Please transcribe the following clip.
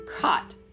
caught